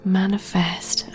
manifest